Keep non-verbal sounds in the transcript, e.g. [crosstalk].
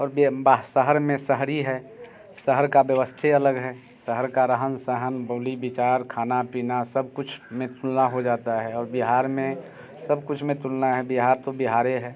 और [unintelligible] शहर में शहरी है शहर का व्यवस्था अलग है शहर का रहन सहन बोली विचार खाना पीना सब कुछ में तुलना हो जाता है और बिहार में सब कुछ में तुलना है बिहार तो बिहारे है